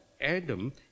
Adam